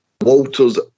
Walter's